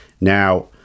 Now